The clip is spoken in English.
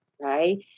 right